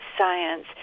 science